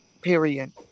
Period